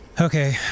okay